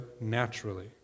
naturally